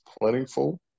plentiful